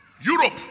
Europe